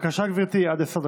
בבקשה, גברתי, עד עשר דקות.